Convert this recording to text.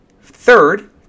Third